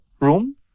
room